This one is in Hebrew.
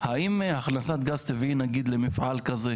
האם הכנסת גז טבעי נגיד למפעל כזה,